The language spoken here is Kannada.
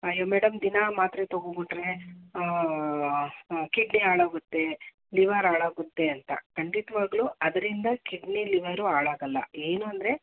ಅಯ್ಯೋ ಮೇಡಮ್ ದಿನ ಮಾತ್ರೆ ತೊಗೊಬಿಟ್ರೆ ಕಿಡ್ನಿ ಹಾಳಾಗುತ್ತೆ ಲಿವರ್ ಹಾಳಾಗುತ್ತೆ ಅಂತ ಖಂಡಿತವಾಗ್ಲು ಅದರಿಂದ ಕಿಡ್ನಿ ಲಿವರು ಹಾಳಾಗೊಲ್ಲ ಏನು ಅಂದರೆ